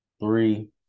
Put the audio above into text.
Three